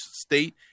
state